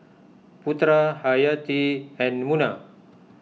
Putera Hayati and Munah